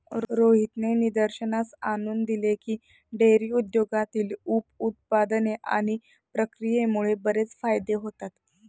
रोहितने निदर्शनास आणून दिले की, डेअरी उद्योगातील उप उत्पादने आणि प्रक्रियेमुळे बरेच फायदे होतात